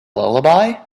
lullaby